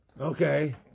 Okay